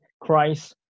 Christ